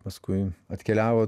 paskui atkeliavo